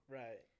right